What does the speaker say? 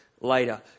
later